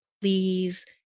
Please